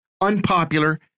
unpopular